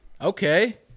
Okay